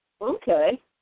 Okay